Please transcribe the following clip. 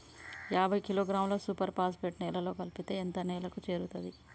యాభై కిలోగ్రాముల super phosphate నేలలో కలిపితే ఎంత నేలకు చేరుతది?